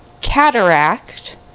cataract